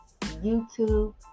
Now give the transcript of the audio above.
YouTube